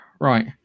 Right